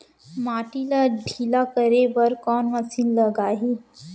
माटी ला ढिल्ला करे बर कोन मशीन लागही?